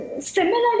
similarly